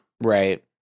right